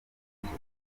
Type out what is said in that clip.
igihe